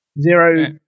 zero